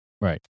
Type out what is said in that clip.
Right